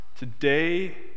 Today